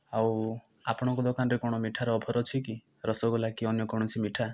ଆଉ ଆପଣଙ୍କ ଦୋକାନରେ କଣ ମିଠାର ଅଫର ଅଛି କି ରସଗୋଲା କି ଅନ୍ୟ କୌଣସି ମିଠା